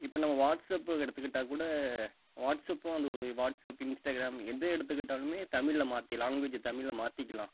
இப்போ நம்ம வாட்ஸப்பை எடுத்துக்கிட்டால் கூட வாட்ஸப்பும் அது ஒரு வாட்ஸப் இன்ஸ்டாகிராம் எதை எடுத்துக்கிட்டாலுமே தமிழில் மாற்றி லாங்குவேஜை தமிழில் மாற்றிக்கிலாம்